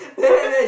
what